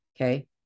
Okay